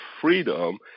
freedom